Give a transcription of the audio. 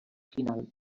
final